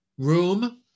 room